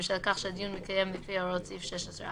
בשל כך שהדיון מתקיים לפי הוראות סעיף 16א,